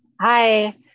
Hi